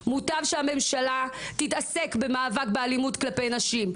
מוטב שהממשלה תתעסק במאבק באלימות כלפי נשים,